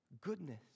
goodness